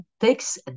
takes